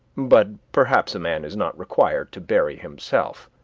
but perhaps a man is not required to bury himself.